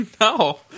No